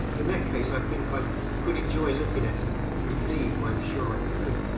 in that case i think i could enjoy looking at her indeed i am sure i could,